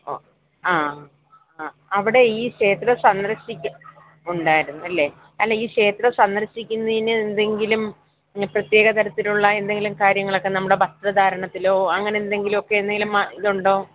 ഓ ആ അവിടെ ഈ ക്ഷേത്രം സന്ദർശിക്ക ഉണ്ടായിരുന്നു അല്ലേ അല്ല ഈ ക്ഷേത്രം സന്ദർശിക്കുന്നതിന് എന്തെങ്കിലും പ്രത്യേക തരത്തിലുള്ള എന്തെങ്കിലും കാര്യങ്ങളൊക്കെ നമ്മുടെ വസ്ത്രധാരണത്തിലോ അങ്ങനെന്തെങ്കിലുമൊക്കെ എന്തേലും ഇതുണ്ടോ